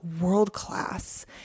world-class